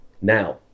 now